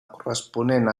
corresponent